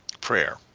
prayer